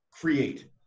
create